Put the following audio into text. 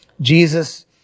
Jesus